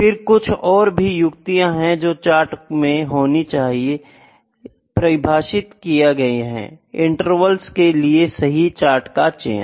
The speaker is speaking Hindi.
फिर कुछ और भी युक्तियाँ है जो चार्ट में होनी चाहिए परिभषित किये गए इंटरवल्स के लिए सही चार्ट का चयन